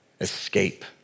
escape